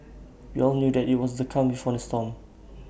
we all knew that IT was the calm before the storm